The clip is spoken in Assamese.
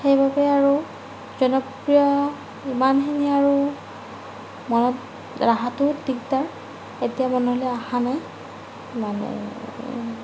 সেইবাবে আৰু জনপ্ৰিয় ইমানখিনি আৰু মনত ৰাখাটো দিগদাৰ এতিয়া মনলৈ অহা নাই মনলৈ